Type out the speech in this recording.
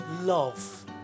love